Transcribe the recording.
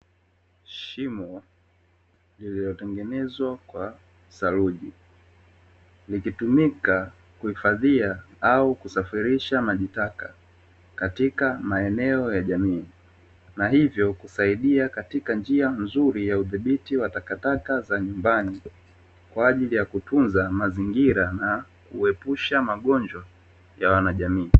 Shimo lililotengenezwa kwa saruji likitumika kuhifadhia au kusafirisha maji taka katika maeneo ya jamii, na hivyo kusaidia katika njia nzuri ya udhibiti wa takataka za nyumbani, kwa ajili ya kutunza mazingira na kuepusha magonjwa ya wanajamii